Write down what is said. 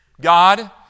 God